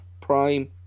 prime